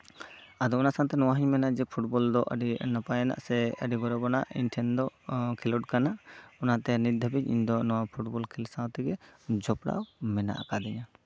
ᱟᱫᱚ ᱚᱱᱟ ᱥᱟᱶᱛᱮ ᱱᱚᱟ ᱦᱚᱧ ᱢᱮᱱᱟ ᱡᱮ ᱯᱷᱩᱴᱵᱚᱞ ᱫᱚ ᱟᱹᱰᱤ ᱱᱟᱯᱟᱭ ᱟᱱᱟᱜ ᱥᱮ ᱟᱹᱰᱤ ᱜᱚᱨᱚᱵᱽ ᱟᱱᱟᱜ ᱤᱧ ᱴᱷᱮᱱ ᱫᱚ ᱠᱷᱮᱞᱳᱰ ᱠᱟᱱᱟ ᱚᱱᱟᱛᱮ ᱱᱤᱛ ᱫᱷᱟ ᱵᱤᱡ ᱱᱚᱣᱟ ᱯᱷᱩᱴᱵᱚᱞ ᱠᱷᱮᱞ ᱥᱟᱶ ᱛᱮᱜᱮ ᱡᱚᱯᱲᱟᱣ ᱢᱮᱱᱟᱜ ᱠᱟᱫᱤᱧᱟ